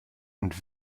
und